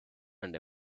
and